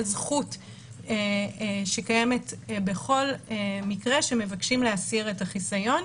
זכות שקיימת בכל מקרה שמבקשים להסיר את החיסיון.